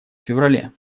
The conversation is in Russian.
феврале